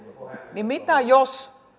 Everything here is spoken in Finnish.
niin mitä jos